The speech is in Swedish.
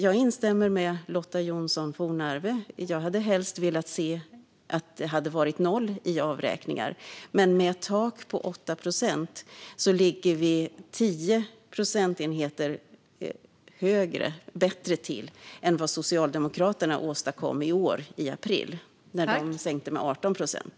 Jag instämmer med Lotta Johnsson Fornarve - jag hade helst velat se att det hade varit noll i avräkningar. Men med ett tak på 8 procent ligger vi 10 procentenheter bättre till än vad Socialdemokraterna åstadkom i april i år när man sänkte med 18 procent.